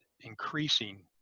increasing